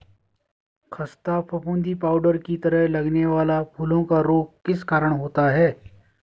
खस्ता फफूंदी पाउडर की तरह लगने वाला फूलों का रोग किस कारण होता है?